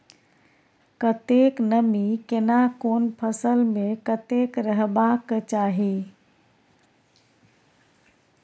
कतेक नमी केना कोन फसल मे कतेक रहबाक चाही?